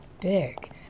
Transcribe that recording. big